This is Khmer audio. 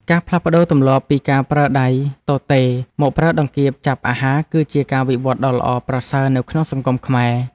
ការផ្លាស់ប្តូរទម្លាប់ពីការប្រើដៃទទេមកប្រើដង្កៀបចាប់អាហារ គឺជាការវិវត្តដ៏ល្អប្រសើរនៅក្នុងសង្គមខ្មែរ។